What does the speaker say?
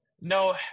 No